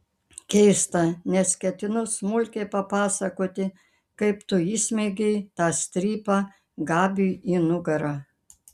keista nes ketinu smulkiai papasakoti kaip tu įsmeigei tą strypą gabiui į nugarą